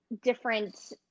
different